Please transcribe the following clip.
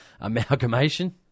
amalgamation